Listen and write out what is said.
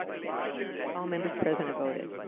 mr. speaker all members present voted